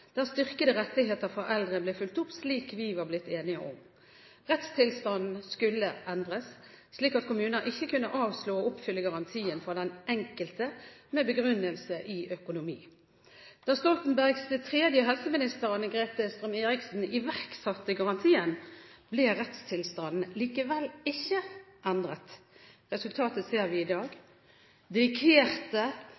styrkede rettigheter for eldre ble fulgt opp slik vi var blitt enige om. Rettstilstanden skulle endres, slik at kommuner ikke kunne avslå å oppfylle garantien for den enkelte, med begrunnelse i økonomi. Da Stoltenbergs tredje helseminister, Anne-Grete Strøm-Erichsen, iverksatte garantien, ble rettstilstanden likevel ikke endret. Resultatet ser vi i dag.